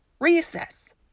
reassess